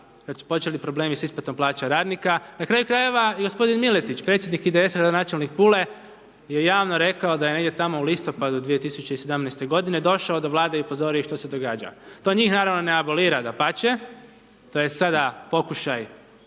kad su počeli problemi s isplatom plaća radnika. Na kraju krajeva i gospodin Miletić, predsjednik IDS-a, gradonačelnik Pule je javno rekao da negdje tamo u listopadu 2017. godine došao do Vlade i upozorio ih što se događa. To njih naravno ne abolira, dapače, to je sada pokušaj